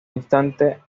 instante